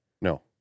No